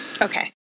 okay